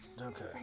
Okay